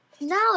now